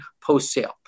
post-sale